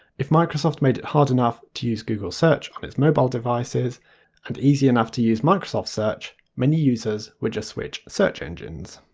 if microsoft made it hard enough to use google search on its mobile devices and easy enough to use microsoft search, many users would just switch search engines.